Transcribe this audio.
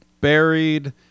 buried